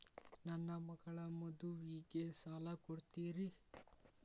ನನ್ನ ಮಗಳ ಮದುವಿಗೆ ಸಾಲ ಕೊಡ್ತೇರಿ?